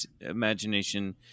imagination